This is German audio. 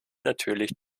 natürlich